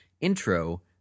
intro